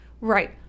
Right